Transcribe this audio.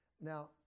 Now